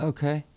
Okay